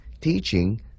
teaching